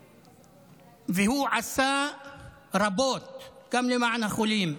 והוא עשה רבות גם למען החולים,